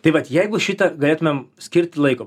tai vat jeigu šitą galėtumėm skirti laiko